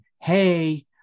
Hey